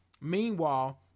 Meanwhile